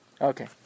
Okay